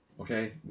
Okay